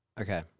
Okay